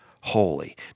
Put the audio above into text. holy